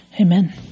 amen